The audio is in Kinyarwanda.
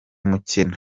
mukino